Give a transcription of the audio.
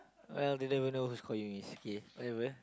well didn't even know who's Qayyum is okay whatever